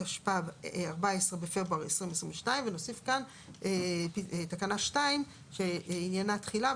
התשפ"ב (14 בפברואר 2022)." ונוסיף כאן תקנה 2 שעניינה תחילה.